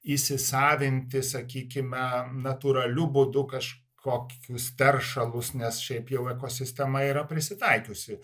įsisavinti sakykime natūraliu būdu kažkokius teršalus nes šiaip jau ekosistema yra prisitaikiusi